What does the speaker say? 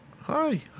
Hi